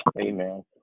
amen